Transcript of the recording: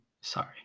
sorry